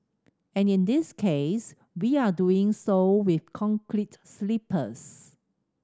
and in this case we are doing so with concrete sleepers